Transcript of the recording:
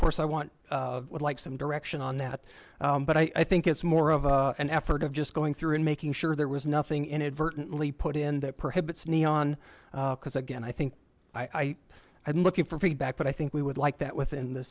course i want would like some direction on that but i think it's more of an effort of just going through and making sure there was nothing inadvertently put in that prohibits neon because again i think i had looking for feedback but i think we would like that within the